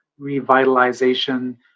revitalization